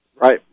Right